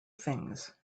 things